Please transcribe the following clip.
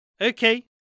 Okay